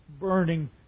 burning